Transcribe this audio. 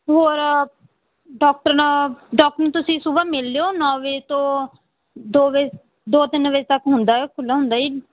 ਹੋਰ ਡਾਕਟਰ ਨ ਡਾਕਟਰ ਨੂੰ ਤੁਸੀਂ ਸੁਬਾਹ ਮਿਲ ਲਿਓ ਨੌ ਵਜੇ ਤੋਂ ਦੋ ਵਜੇ ਦੋ ਤਿੰਨ ਵਜੇ ਤੱਕ ਹੁੰਦਾ ਹੈ ਖੁੱਲ੍ਹਾ ਹੁੰਦਾ ਜੀ